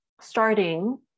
starting